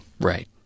Right